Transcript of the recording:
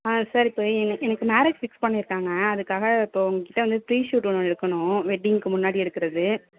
ஆ sir இப்போ என் எனக்கு மேரேஜ் ஃபிக்ஸ் பண்ணியிருக்காங்க அதுக்காக இப்போ உங்கள்கிட்ட வந்து ப்ரீ ஷூட் ஒன்று எடுக்குணும் வெட்டிங்க்கு முன்னாடி எடுக்கிறது